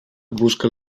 busca